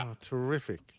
Terrific